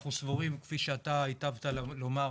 אנחנו סבורים כפי שאתה היטבת לומר,